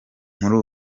muri